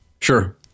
Sure